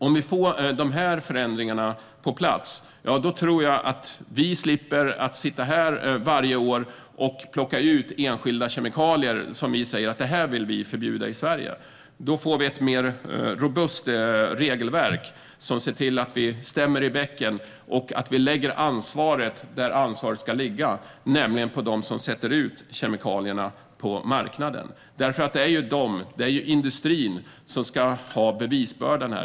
Om vi får dessa förändringar på plats tror jag att vi slipper sitta här varje år och plocka ut enskilda kemikalier som vi säger att vi vill förbjuda i Sverige. Då får vi ett mer robust regelverk som ser till att vi stämmer i bäcken och att vi lägger ansvaret där det ska ligga, nämligen på dem som släpper ut kemikalierna på marknaden. Det är industrin som ska ha bevisbördan.